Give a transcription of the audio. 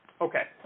Okay